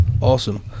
Awesome